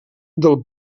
del